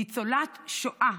ניצולת שואה.